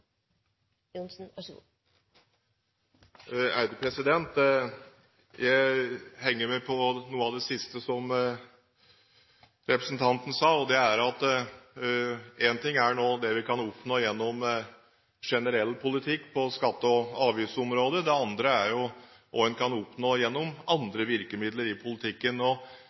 Jeg henger meg på noe av det siste som representanten sa: Én ting er nå det vi kan oppnå gjennom generell politikk på skatte- og avgiftsområdet, en annen ting er hva vi kan oppnå gjennom andre virkemidler i politikken.